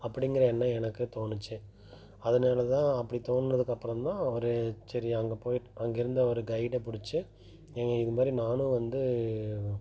அப்படிங்கிற எண்ணம் எனக்கே தோணுச்சு அதனால தான் அப்படி தோணினதுக்கப்பறோம் தான் ஒரு சரி அங்கே போயிட் அங்கிருந்த ஒரு கைடை பிடிச்சு ஏங்க இது மாதிரி நானும் வந்து